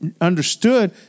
understood